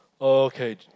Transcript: Okay